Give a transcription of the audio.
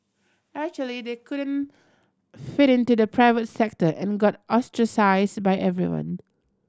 actually they couldn't fit into the private sector and got ostracised by everyone